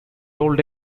old